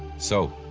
so,